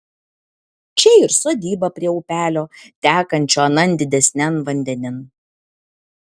čia ir sodyba prie upelio tekančio anan didesnian vandenin